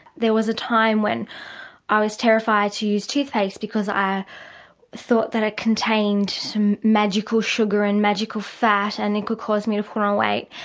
there was a time when i was terrified to use toothpaste because i thought that it contained some magical sugar and magical fat and it could cause me to put on weight.